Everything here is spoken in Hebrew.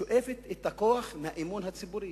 היא שואבת את הכוח מהאמון הציבורי.